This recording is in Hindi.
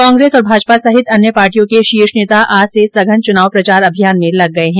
कांग्रेस भाजपा सहित अन्य पार्टियों के शीर्ष नेता आज से सघन चुनाव प्रचार अभियान पर लग गये है